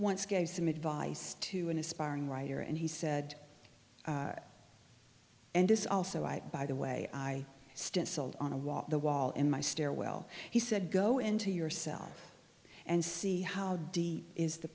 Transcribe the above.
once gave some advice to an aspiring writer and he said and this also i by the way i stand sold on a wall the wall in my stairwell he said go into yourself and see how deep is the